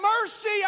mercy